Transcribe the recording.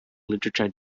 literature